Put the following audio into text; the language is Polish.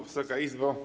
Wysoka Izbo!